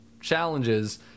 challenges